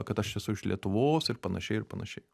kad aš esu iš lietuvos ir panašiai ir panašiai